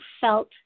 felt